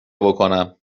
بکنم